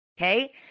okay